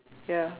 ya